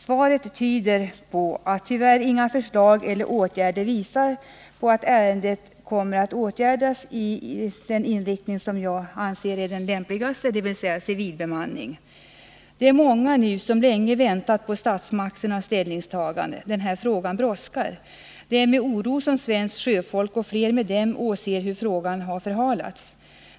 Svaret tyder på att i det här ärendet inga förslag kommer att framläggas eller åtgärder vidtas i den riktning som jag anser är den lämpligaste, dvs. att övergå till civilbemanning. Det är många nu som länge har väntat på statsmakternas ställningstagande. Den här frågan brådskar. Det är med oro som svenskt sjöfolk och många andra åser hur frågan förhalas.